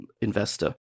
investor